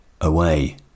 away